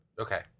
okay